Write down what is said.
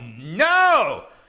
no